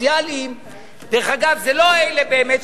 זה עבר לארגון,